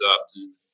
often